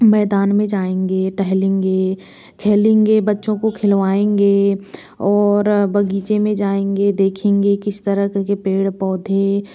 मैदान में जाएंगे टहलेंगे खेलेंगे बच्चों को खिलावाएंगे और बगीचे में जाएंगे देखेंगे किस तरह के पेड़ पौधे